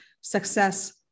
success